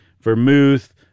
vermouth